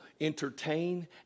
entertain